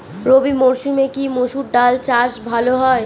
রবি মরসুমে কি মসুর ডাল চাষ ভালো হয়?